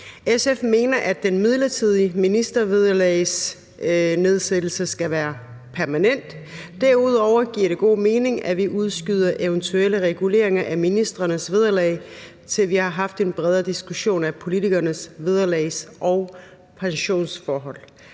SF mener, at den midlertidige ministervederlagsnedsættelse skal være permanent. Derudover giver det god mening, at vi udskyder eventuelle reguleringer af ministrenes vederlag, til vi har haft en bredere diskussion af politikernes vederlags- og pensionsforhold.